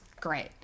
great